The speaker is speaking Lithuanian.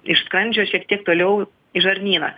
iš skrandžio šiek tiek toliau į žarnyną